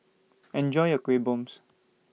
Enjoy your Kueh bombs